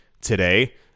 today